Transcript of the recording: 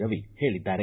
ರವಿ ಹೇಳಿದ್ದಾರೆ